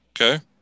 Okay